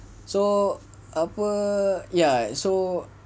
so apa ya so